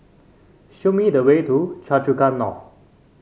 show me the way to Choa Chu Kang North